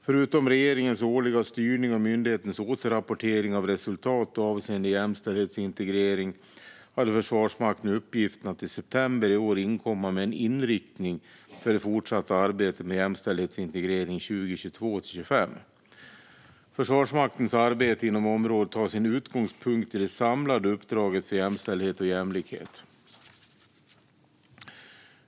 Förutom regeringens årliga styrning och myndighetens återrapportering av resultat avseende jämställdhetsintegrering hade Försvarsmakten uppgiften att i september i år inkomma med en inriktning för det fortsatta arbetet med jämställdhetsintegrering 2022-2025. Försvarsmaktens arbete inom området tar sin utgångspunkt i det samlade uppdraget för jämställdhet och jämlikhet.